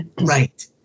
right